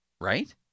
right